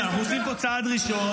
תספח אותם ואז זה יהיה חלק מארץ ישראל.